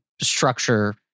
structure